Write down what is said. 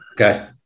Okay